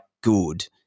good